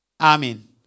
Amen